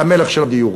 למלך של הדיור.